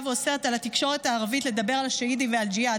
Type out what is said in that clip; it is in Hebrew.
ואוסרת על התקשורת הערבית לדבר על השהידים ועל הג'יהאד.